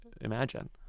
imagine